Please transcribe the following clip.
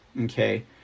Okay